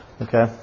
okay